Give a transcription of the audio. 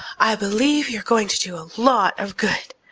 i believe you're going to do a lot of good.